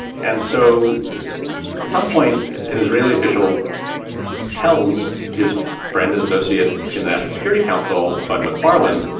and so at some point, an israeli official tells his friend and associate in the national security council. but macfarlane,